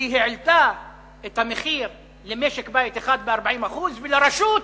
היא העלתה את המחיר למשק בית אחד ב-40% ולרשות,